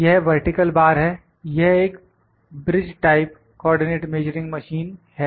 यह vertical bar है यह एक bridge type coordinate measuring machine है